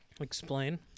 Explain